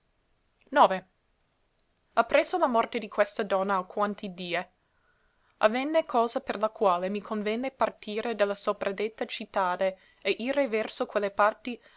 dove ppresso la morte di questa donna alquanti die avvenne cosa per la quale me convenne partire de la sopradetta cittade e ire verso quelle parti